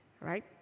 Right